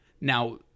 Now